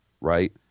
right